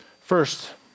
First